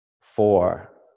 four